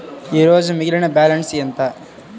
ఈరోజు మిగిలిన బ్యాలెన్స్ ఎంత?